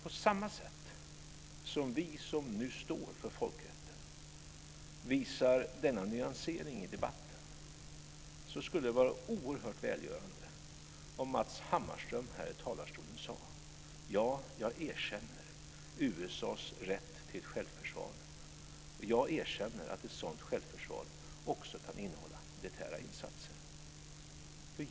På samma sätt som vi som nu står för folkrätten visar denna nyansering i debatten skulle det vara oerhört välgörande om Matz Hammarström här i talarstolen sade: Ja, jag erkänner USA:s rätt till självförsvar, och jag erkänner att ett sådant självförsvar också kan innehålla militära insatser.